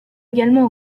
également